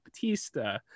Batista